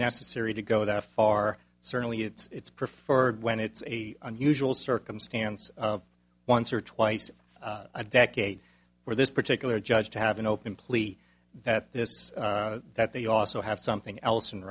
necessary to go that far certainly it's preferred when it's a unusual circumstance once or twice a decade for this particular judge to have an open plea that this that they also have something else